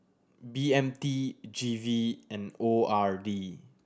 B M T G V and O R D